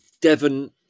Devon